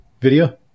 video